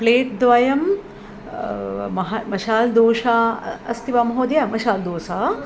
plate द्वयं मशाल् दोशा अस्ति वा महोदय मशाल् दोसा